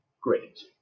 great